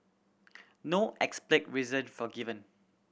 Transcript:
no explicit reason for given